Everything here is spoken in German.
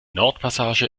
nordpassage